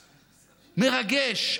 מרגש,